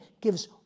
gives